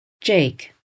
Jake